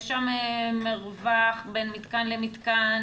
יש שם מרווח בין מתקן למתקן,